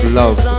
love